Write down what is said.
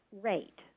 rate